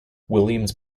williams